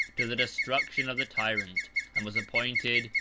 to the destruction of the tyrant and was appointed,